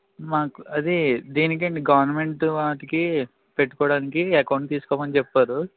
మాకు అది దేనికండి గవర్నమెంట్ వాటికి పెట్టుకోవడానికి అకౌంట్ తీసుకోమని చెప్పారు